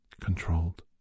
controlled